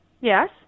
Yes